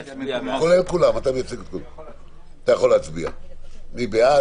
הצבעה בעד,